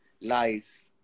lies